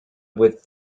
with